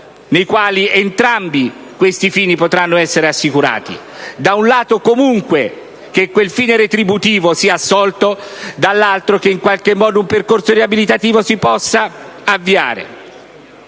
nelle quali entrambi questi fini potranno essere assicurati. Da un lato, che quel fine retributivo sia assolto; dall'altro, che un percorso riabilitativo si possa avviare.